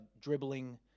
dribbling